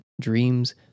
dreams